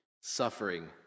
suffering